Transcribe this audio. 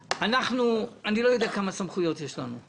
ורבותיי, תראו, אני לא יודע כמה סמכויות יש לנו.